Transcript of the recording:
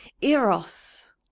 Eros